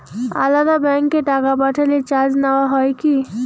আলাদা ব্যাংকে টাকা পাঠালে চার্জ নেওয়া হয় কি?